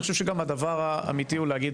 אני חושב שגם הדבר האמיתית הוא להגיד